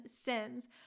sins